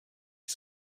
qui